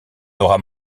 n’aura